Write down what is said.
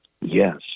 Yes